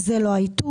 זה לא העיתוי,